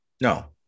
No